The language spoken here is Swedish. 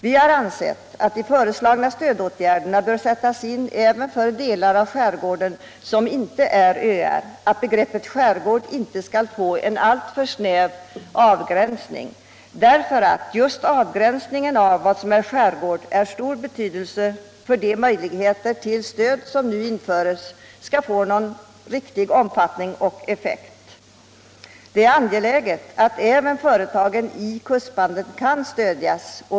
Vi har ansett att de föreslagna stödåtgärderna bör sättas in även för delar av skärgården som inte är öar — att begreppet skärgård inte skall få en alltför snäv avgränsning. Just avgränsningen av vad som är skärgård är av stor betydelse för att de möjligheter till stöd som nu införs skall få någon riktig omfattning och effekt. Det är angeläget att även företag i kustbandet kan stödjas.